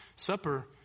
Supper